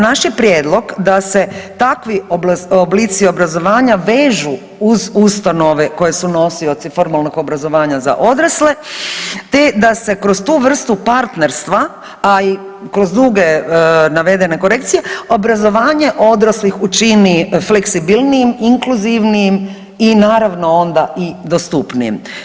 Naš je prijedlog da se takvi oblici obrazovanja vežu uz ustanove koje su nosioci formalnog obrazovanja za odrasle, te da se kroz tu vrstu partnerstva, a i kroz druge navedene korekcije, obrazovanje odraslih učini fleksibilnijim, inkluzivnijim i naravno onda i dostupnijim.